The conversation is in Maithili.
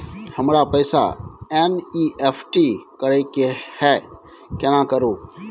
हमरा पैसा एन.ई.एफ.टी करे के है केना करू?